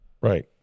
Right